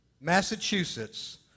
Massachusetts